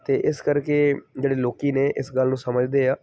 ਅਤੇ ਇਸ ਕਰਕੇ ਜਿਹੜੇ ਲੋਕ ਨੇ ਇਸ ਗੱਲ ਨੂੰ ਸਮਝਦੇ ਹਾਂ